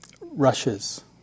Rushes